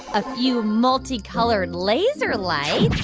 a few multicolored laser lights